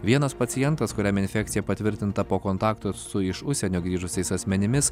vienas pacientas kuriam infekcija patvirtinta po kontakto su iš užsienio grįžusiais asmenimis